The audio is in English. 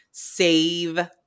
Save